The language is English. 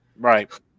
right